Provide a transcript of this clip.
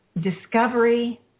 discovery